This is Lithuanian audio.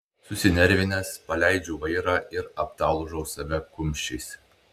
susinervinęs paleidžiu vairą ir aptalžau save kumščiais